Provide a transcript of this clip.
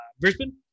Brisbane